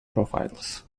profiles